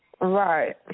Right